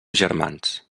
germans